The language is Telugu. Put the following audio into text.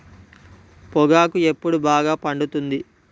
పొగాకు ఎప్పుడు బాగా పండుతుంది?